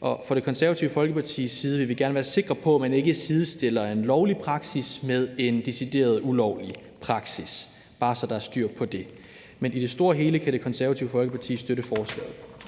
Fra Det Konservative Folkepartis side vil vi gerne være sikre på, at man ikke sidestiller en lovlig praksis med en decideret ulovlig praksis, og det er bare, så der er styr på det. Men i det store og hele kan Det Konservative Folkeparti støtte forslaget.